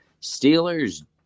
Steelers